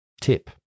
tip